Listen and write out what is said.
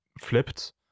flipped